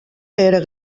era